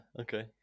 okay